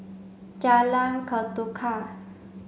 Jalan Ketuka